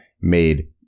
made